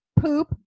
poop